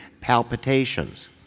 palpitations